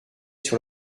sur